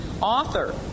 author